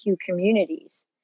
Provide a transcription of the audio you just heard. communities